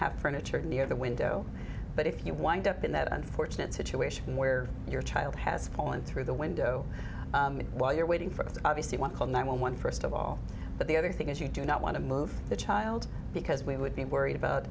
have furniture near the window but if you wind up in that unfortunate situation where your child has fallen through the window while you're waiting for obviously one call nine one one first of all but the other thing is you do not want to move the child because we would be worried about